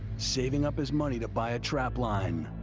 saving up his money to buy a trapline.